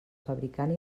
fabricant